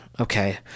Okay